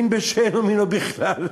מין בשאינו מינו בכלל.